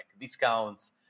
discounts